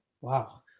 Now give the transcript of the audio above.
Wow